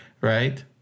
right